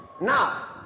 Now